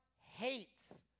hates